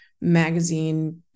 magazine